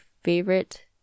favorite